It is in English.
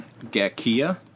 Gakia